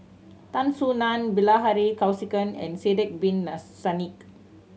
Tan Soo Nan Bilahari Kausikan and Sidek Bin Saniff